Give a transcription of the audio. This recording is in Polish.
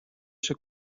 się